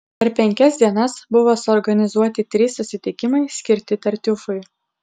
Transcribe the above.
per penkias dienas buvo suorganizuoti trys susitikimai skirti tartiufui